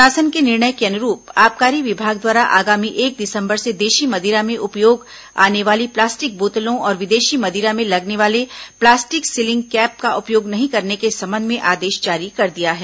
शासन के निर्णय के अनुरूप आबकारी विभाग द्वारा आगामी एक दिसंबर से देशी मदिरा में उपयोग आने वाली प्लास्टिक बोतलों और विदेशी मदिरा में लगने वाले प्लास्टिक सीलिंग कैप का उपयोग नहीं करने के संबंध में आदेश जारी कर दिया गया है